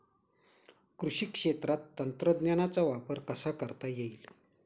कृषी क्षेत्रात तंत्रज्ञानाचा वापर कसा करता येईल?